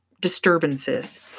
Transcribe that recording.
disturbances